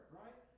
right